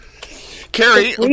Carrie